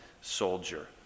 soldier